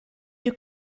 you